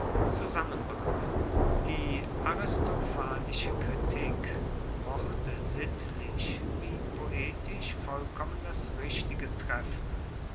zusammenbrach die aristophanische kritik mochte sittlich wie poetisch vollkommen das richtige treffen